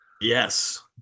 Yes